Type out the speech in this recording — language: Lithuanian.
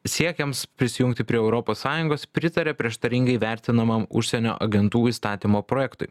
siekiams prisijungti prie europos sąjungos pritarė prieštaringai vertinamam užsienio agentų įstatymo projektui